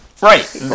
Right